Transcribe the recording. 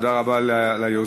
תודה רבה ליוזמים.